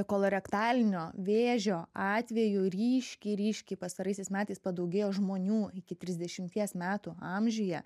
kolorektalinio vėžio atveju ryškiai ryškiai pastaraisiais metais padaugėjo žmonių iki trisdešimties metų amžiuje